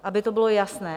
Aby to bylo jasné.